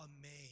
amazed